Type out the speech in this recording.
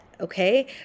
Okay